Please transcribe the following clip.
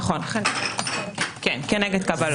נכון, כנגד קבלות.